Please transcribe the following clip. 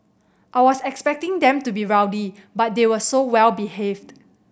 I was expecting them to be rowdy but they were so well behaved